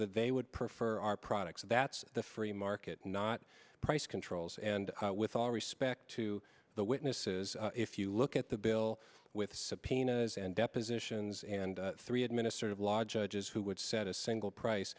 that they would prefer our products that's the free market not price controls and with all respect to the witnesses if you look at the bill with subpoenas and depositions and three administrative law judges who would set a single price